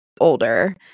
older